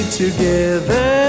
together